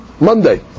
Monday